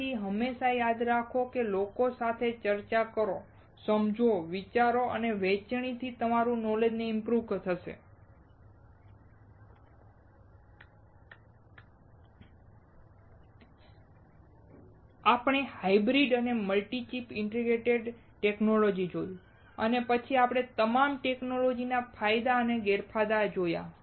તેથી હંમેશા યાદ રાખો લોકો સાથે ચર્ચા કરો સમજો અને વિચારોને વહેંચવાથી તમારું નોલેજ ઈમ્પ્રુવ થશે આપણે હાયબ્રીડ અથવા મલ્ટિચિપ ઇન્ટિગ્રેટેડ સર્કિટ ટેકનોલોજી જોયું અને પછી આપણે તમામ ટેકનોલોજી ના ફાયદા અને ગેરફાયદા જોયા